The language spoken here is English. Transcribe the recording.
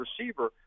receiver